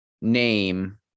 name